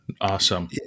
Awesome